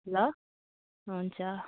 ल हुन्छ